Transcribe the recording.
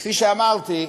כפי שאמרתי,